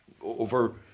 Over